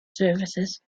services